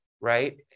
right